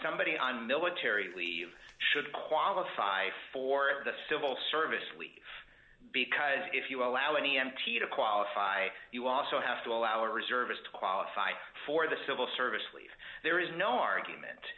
somebody on military leave should qualify for the civil service leave because if you allow an e m t to qualify you also have to allow a reservist to qualify for the civil service leave there is no argument